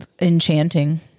enchanting